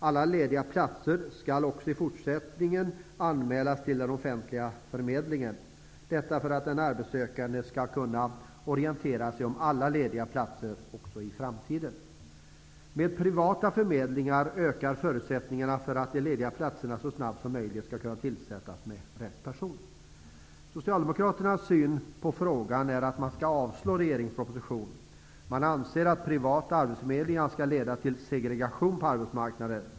Alla lediga platser skall också i fortsättningen anmälas till den offentliga förmedlingen, detta för att den arbetssökande skall kunna orientera sig om alla lediga platser också i framtiden. Med privata förmedlingar ökar förutsättningarna för att de lediga platserna så snabbt som möjligt skall kunna tillsättas med rätt person. Socialdemokraternas syn på frågan är att man skall avslå regeringens proposition. Man anser att privata arbetsförmedlingar leder till segregation på arbetsmarknaden.